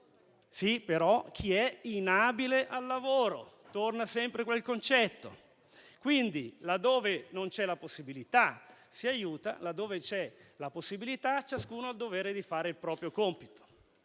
Sì, però, chi è inabile al lavoro. Torna sempre quel concetto. Laddove non c'è la possibilità, si aiuta; laddove c'è la possibilità, ciascuno ha il dovere di svolgere il proprio compito.